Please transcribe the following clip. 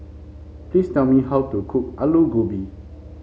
please tell me how to cook Aloo Gobi